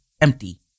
empty